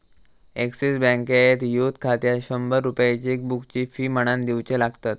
axis बँकेत youth खात्यात शंभर रुपये चेकबुकची फी म्हणान दिवचे लागतत